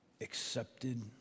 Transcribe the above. accepted